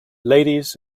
ladies